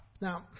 Now